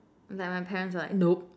like my parents were like nope